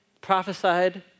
prophesied